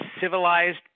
civilized